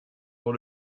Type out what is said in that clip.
dans